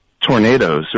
tornadoes